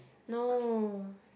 no